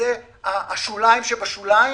שזה השוליים שבשוליים,